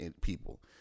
people